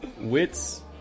Wits